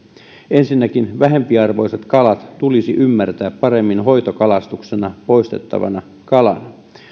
ensinnäkin vähempiarvoiset kalat tulisi ymmärtää paremmin hoitokalastuksena poistettavana kalana